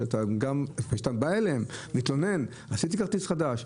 שאתה בא אליהם ומתלונן ואומר: עשיתי כרטיס חדש,